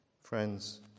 Friends